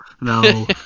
no